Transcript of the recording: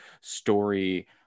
story